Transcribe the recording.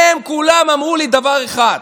הם כולם אמרו לי דבר אחד: